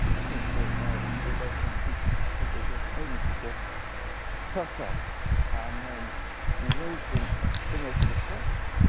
between three and five. we don't count too precisely, but we're aiming for four per cell and then you raise them in those little clumps.